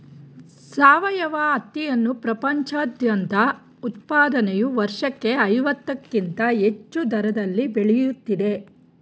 ಸಾವಯವ ಹತ್ತಿಯನ್ನು ಪ್ರಪಂಚದಾದ್ಯಂತ ಉತ್ಪಾದನೆಯು ವರ್ಷಕ್ಕೆ ಐವತ್ತಕ್ಕಿಂತ ಹೆಚ್ಚು ದರದಲ್ಲಿ ಬೆಳೆಯುತ್ತಿದೆ